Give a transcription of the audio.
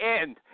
end